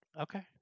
Okay